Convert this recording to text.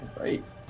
Right